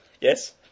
Yes